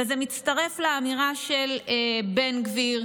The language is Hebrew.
וזה מצטרף לאמירה של בן גביר,